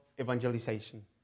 evangelization